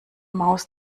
maus